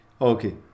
Okay